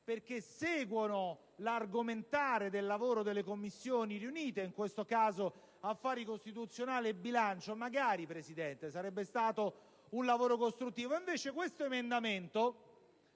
che seguono l'argomentare del lavoro delle Commissioni riunite (in questo caso, affari costituzionali e bilancio). Magari, signora Presidente, sarebbe stato un lavoro costruttivo! Invece, questo emendamento